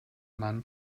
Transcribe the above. man